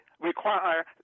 require